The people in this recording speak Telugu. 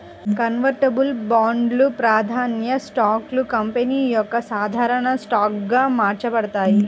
కన్వర్టిబుల్స్ బాండ్లు, ప్రాధాన్య స్టాక్లు కంపెనీ యొక్క సాధారణ స్టాక్గా మార్చబడతాయి